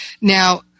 Now